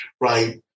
right